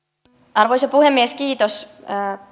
arvoisa puhemies kiitos